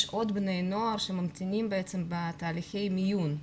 עוד בני נוער שממתינים בתהליכי מיון,